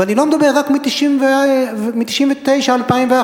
ואני לא מדבר רק מ-1999 2001,